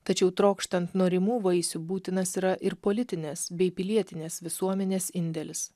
tačiau trokštant norimų vaisių būtinas yra ir politinės bei pilietinės visuomenės indėlis